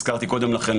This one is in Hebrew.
הזכרתי קודם לכן,